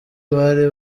bari